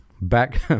back